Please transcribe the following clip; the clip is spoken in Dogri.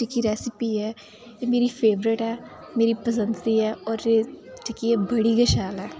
ऐ जेह्की रैसिपी ऐ एह् मेरी फेवरेट ऐ मेरी पसंद दी ऐ और जेह्की एह् बड़ी गै शैल ऐ